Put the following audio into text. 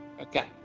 Okay